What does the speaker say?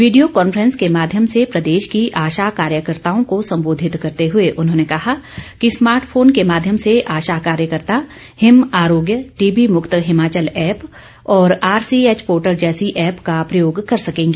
video conference के माध्यम से प्रदेश की आशा कार्यकर्ताओं को सम्बोधित करते हुए उन्होंने कहा कि स्मार्ट फोन के माध्यम से आशा कार्यकर्ता हिम आरोग्य टीबी मुक्त हिमाचल ऐप्प आरसीएच पोर्टल जैसी ऐप्प का प्रयोग कर सकेंगी